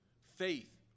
faith